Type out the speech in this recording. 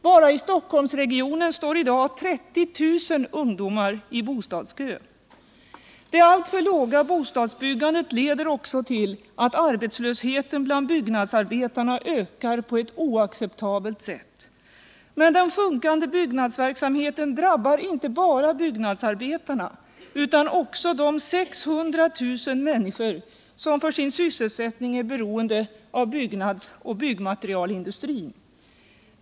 Bara i Stockholmsregionen står i dag 30 000 ungdomar i bostadskö. Det alltför låga bostadsbyggandet leder också till att arbetslösheten bland byggnadsarbetarna ökar på ett helt oacceptabelt sätt. Men den sjunkande byggnadsverksamheten drabbar inte bara byggnadsarbetarna utan också de 600 000 människor som för sin sysselsättning är beroende av byggnadsoch byggmaterielindustrin.